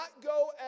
go